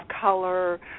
color